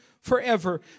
forever